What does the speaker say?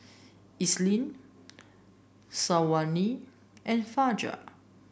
Isnin Syazwani and Fajar